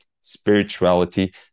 spirituality